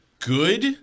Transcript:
Good